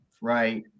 right